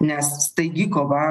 nes staigi kova